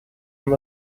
amb